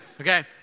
Okay